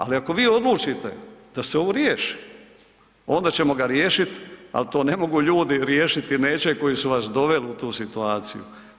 Ali, ako vi odlučite da se ovo riješi, onda ćemo ga riješiti, ali to ne mogu ljudi riješiti, neće koji su vas doveli u tu situaciju.